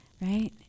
Right